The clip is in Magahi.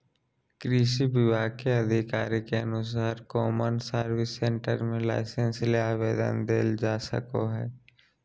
कृषि विभाग के अधिकारी के अनुसार कौमन सर्विस सेंटर मे लाइसेंस ले आवेदन देल जा सकई हई